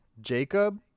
Jacob